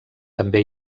també